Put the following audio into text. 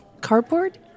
Cardboard